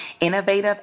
innovative